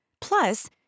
Plus